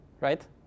right